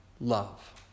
love